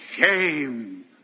shame